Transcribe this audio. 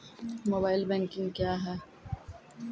Mobile banking क्या हैं?